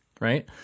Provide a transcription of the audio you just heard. right